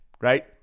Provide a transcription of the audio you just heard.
right